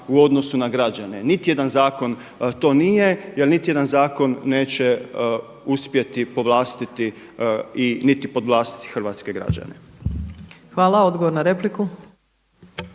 u odnosu na građane. Niti jedan zakon to nije jer niti jedan zakon neće uspjeti povlastiti i niti podvlastiti hrvatske građane. **Opačić, Milanka